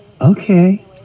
Okay